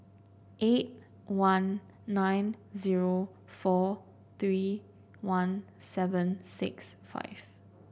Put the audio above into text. eight one nine zero four three one seven six five